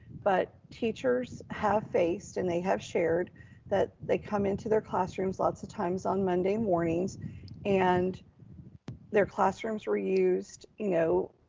but teachers have faced, and they have shared that they come into their classrooms, lots of times on monday mornings and their classrooms were used, you know,